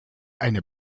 eine